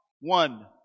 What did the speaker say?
one